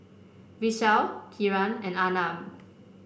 Vishal Kiran and Arnab